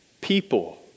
people